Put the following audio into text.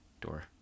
door